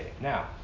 Now